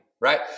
right